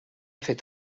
fet